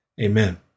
Amen